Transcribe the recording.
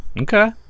Okay